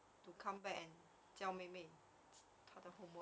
to come back and 教妹妹她的 homework